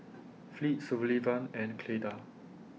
Fleet Sullivan and Cleda